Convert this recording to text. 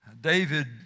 David